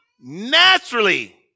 naturally